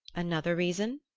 another reason?